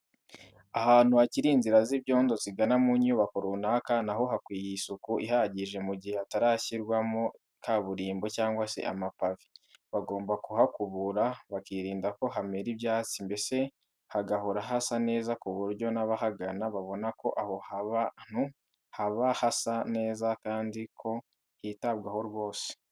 Ahantu hakiri inzira z'ibyondo zigana mu nyubako runaka na ho hakwiye isuku ihagije mu gihe hatarashyirwamo kaburimbo cyangwa se amapave, bagomba kuhakubura bakirinda ko hamera ibyatsi mbese hagahora hasa neza ku buryo n'abahagana babona ko aho hantu haba hasa neza kandi ko hitabwaho rwose.